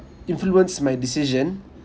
influence my decision